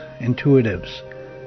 intuitives